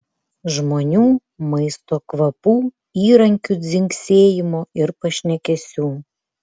žmonių maisto kvapų įrankių dzingsėjimo ir pašnekesių